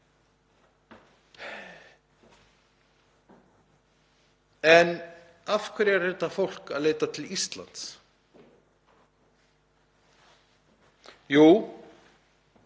Af hverju er þetta fólk að leita til Íslands? Jú,